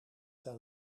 zijn